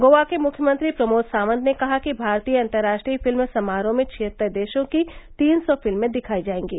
गोवा के मुख्यमंत्री प्रमोद सावंत ने कहा कि भारतीय अंतर्राष्ट्रीय फिल्म समारोह में छियत्तर देशों की तीन सौ फिल्में दिखाई जाएंगी